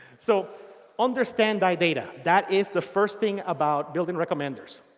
so understand thy data. that is the first thing about building recommenders.